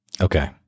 Okay